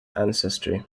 ancestry